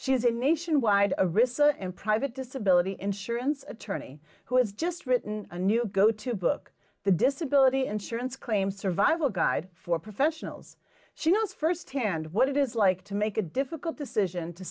she is a nationwide a risk and private disability insurance attorney who has just written a new go to book the disability insurance claims survival guide for professionals she knows firsthand what it is like to make a difficult decision to